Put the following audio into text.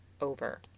over